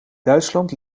duitsland